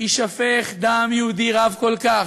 יישפך דם יהודי רב כל כך.